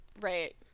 Right